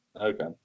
Okay